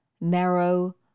marrow